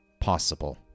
possible